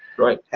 right.